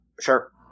Sure